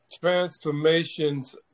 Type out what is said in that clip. transformations